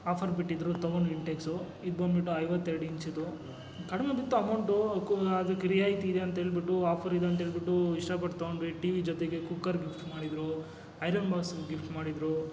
offer ಬಿಟ್ಟಿದ್ರು ತೊಗೊಂಡ್ವಿ ಇನ್ಟೇಕ್ಸು ಇದ್ಬಂದ್ಬಿಟ್ಟು ಐವತ್ತೆರ್ಡು ಇಂಚಿಂದು ಕಡಿಮೆ ಬಿತ್ತು ಅಮೌಂಟು ಕೊ ಅದಕ್ಕೆ ರಿಯಾಯಿತಿ ಇದೆ ಅಂಥೇಳ್ಬಿಟ್ಟು ಆಫರ್ ಇದೆ ಅಂಥೇಳ್ಬಿಟ್ಟು ಇಷ್ಟಪಟ್ಟು ತೊಗೊಂಡ್ವಿ ಟಿವಿ ಜೊತೆಗೆ ಕುಕ್ಕರ್ ಗಿಫ್ಟ್ ಮಾಡಿದ್ರು ಐರನ್ ಬಾಕ್ಸ್ ಗಿಫ್ಟ್ ಮಾಡಿದರು